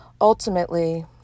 Ultimately